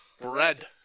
bread